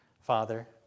Father